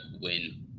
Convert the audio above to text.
win